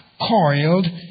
coiled